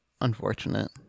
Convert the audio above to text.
unfortunate